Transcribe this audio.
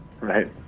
right